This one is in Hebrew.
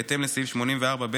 בהתאם לסעיף 84(ב)